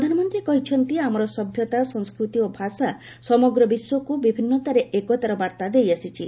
ପ୍ରଧାନମନ୍ତ୍ରୀ କହିଛନ୍ତି ଆମର ସଭ୍ୟତା ସଂସ୍କୃତି ଓ ଭାଷା ସମଗ୍ର ବିଶ୍ୱକୁ ବିଭିନ୍ନତାରେ ଏକତାର ବାର୍ତ୍ତା ଦେଇ ଆସିଛି